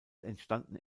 entstanden